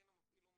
כן המפעיל עומד,